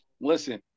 Listen